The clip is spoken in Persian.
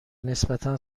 نسبتا